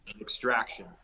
Extraction